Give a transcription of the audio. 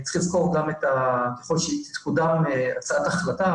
צריך לזכור גם שככל שתקודם הצעת החלטה,